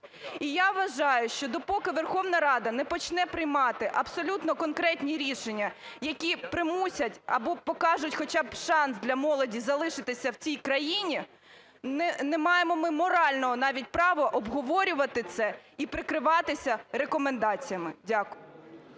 І я вважаю, що допоки Верховна Рада не почне приймати абсолютно конкретні рішення, які примусять або покажуть хоча б шанс для молоді залишитися в цій країні, не маємо ми морального навіть права обговорювати це і прикриватися рекомендаціями. Дякую.